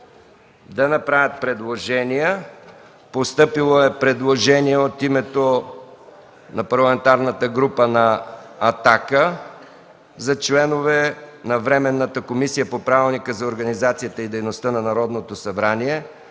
да направят предложение. Постъпило е предложение от Парламентарната група на „Атака” за членове на Временната комисия по Правилника за организацията и дейността на Народното събрание